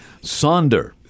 Sonder